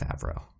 Favreau